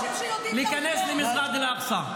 אני אצטרך להוריד אותך מהדוכן.